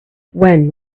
when